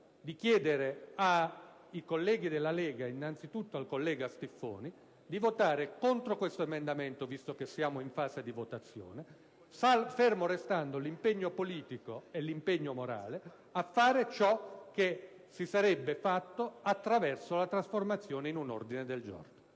di chiedere ai colleghi della Lega, e innanzitutto al senatore Stiffoni, di votare contro questo emendamento, dal momento che siamo in fase di votazione, fermo restando l'impegno politico e morale a fare ciò che si sarebbe fatto attraverso la trasformazione in un ordine del giorno.